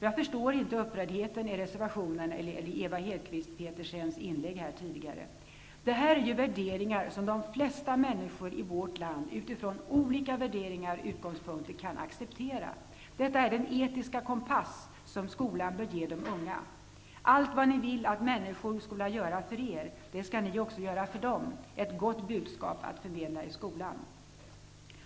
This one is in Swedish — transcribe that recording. Jag förstår inte upprördheten i reservationen och i Ewa Hedkvist Petersens inlägg tidigare. Detta är ju värderingar som de flesta människor i vårt land utifrån olika värderingar och utgångspunkter kan acceptera. Detta är den etiska kompass som skolan bör ge de unga. ''Allt vad ni vill att människor skall göra för er, det skall ni också göra för dem'' är ett gott budskap att förmedla i skolan.